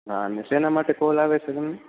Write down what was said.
અને સેના માટે કોલ આવે છે તમને